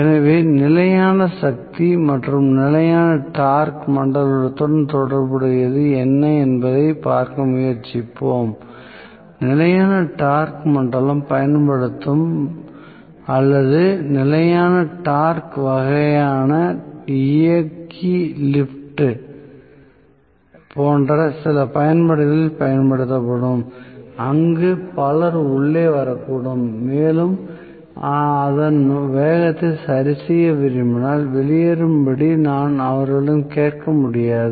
எனவே நிலையான சக்தி மற்றும் நிலையான டார்க் மண்டலத்துடன் தொடர்புடையது என்ன என்பதைப் பார்க்க முயற்சிப்போம் நிலையான டார்க் மண்டலம் பயன்படுத்தப்படும் அல்லது நிலையான டார்க் வகையான இயக்கி லிஃப்ட் போன்ற சில பயன்பாடுகளில் பயன்படுத்தப்படும் அங்கு பலர் உள்ளே வரக்கூடும் மேலும் அதன் வேகத்தை சரிசெய்ய விரும்பினால் வெளியேறும்படி நான் அவர்களிடம் கேட்க முடியாது